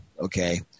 okay